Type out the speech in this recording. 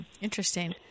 Interesting